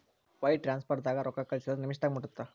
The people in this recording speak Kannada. ವೈರ್ ಟ್ರಾನ್ಸ್ಫರ್ದಾಗ ರೊಕ್ಕಾ ಕಳಸಿದ್ರ ನಿಮಿಷದಾಗ ಮುಟ್ಟತ್ತ